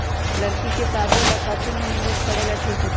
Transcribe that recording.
लड़की के शादी ला काथी में निवेस करेला ठीक होतई?